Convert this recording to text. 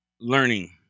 learning